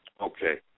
Okay